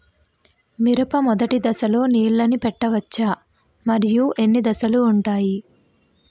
మిరప మొదటి దశలో నీళ్ళని పెట్టవచ్చా? మరియు ఎన్ని దశలు ఉంటాయి?